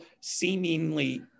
seemingly